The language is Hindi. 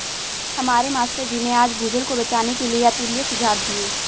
हमारे मास्टर जी ने आज भूजल को बचाने के लिए अतुल्य सुझाव दिए